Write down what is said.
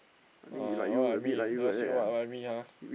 uh what I mean never see what what I mean ah